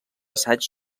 assaigs